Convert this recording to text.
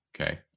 Okay